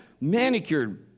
manicured